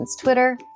Twitter